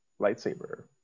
lightsaber